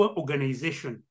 organization